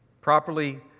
properly